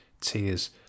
Tears